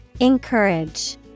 Encourage